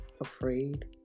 Afraid